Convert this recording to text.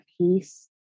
peace